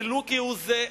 ולו כהוא זה,